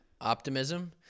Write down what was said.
optimism